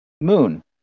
Moon